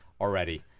already